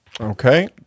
Okay